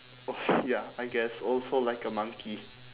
als~ ya I guess also like a monkey